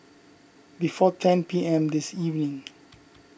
before ten P M this evening